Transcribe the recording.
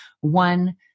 one